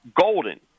golden